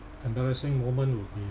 embarrassing moment would be